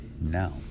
now